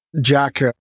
Jack